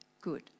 good